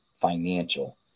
financial